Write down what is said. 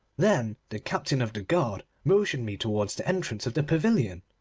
then the captain of the guard motioned me towards the entrance of the pavilion.